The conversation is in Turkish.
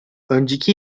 önceki